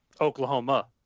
Oklahoma